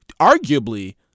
arguably